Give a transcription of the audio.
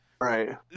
Right